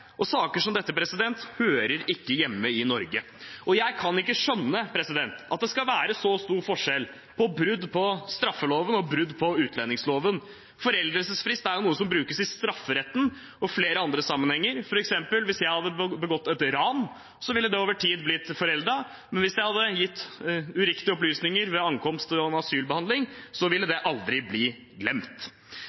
Saker som dette hører ikke hjemme i Norge. Jeg kan ikke skjønne at det skal være så stor forskjell mellom brudd på straffeloven og brudd på utlendingsloven. Foreldelsesfrist er noe som brukes i strafferetten og flere andre sammenhenger. Hvis jeg f.eks. hadde begått et ran, ville det over tid blitt foreldet, men hvis jeg hadde gitt uriktige opplysninger ved ankomst og i en asylbehandling, ville det aldri blitt glemt.